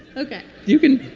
ok. you can.